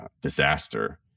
disaster